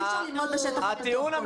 אי אפשר ללמוד בשטח פתוח כל הזמן,